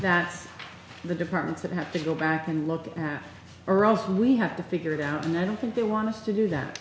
that's the departments that have to go back and look or else we have to figure it out and i don't think they want us to do that